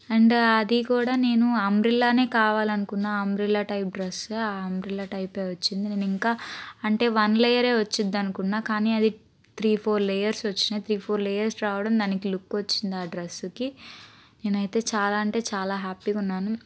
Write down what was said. and అది కూడా నేను అంబ్రెల్లానే కావాలనుకున్న అంబ్రెల్లా టైప్ డ్రస్ ఆ అంబ్రెల్లా టైప్ వచ్చింది నేను ఇంకా అంటే వన్ లేయరే వచ్చింది అనుకున్నా కానీ అది త్రీ ఫోర్ లేయర్స్ వచ్చి త్రీ ఫోర్ లేయర్స్ రావడం దానికి లుక్ వచ్చింది ఆ డ్రస్కి నేనైతే చాలా అంటే చాలా హ్యాపీగా ఉన్నాను